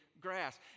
grass